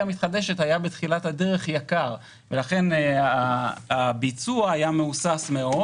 המתחדשת היה בתחילת הדרך יקר ולכן הביצוע היה מהוסס מאוד.